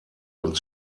und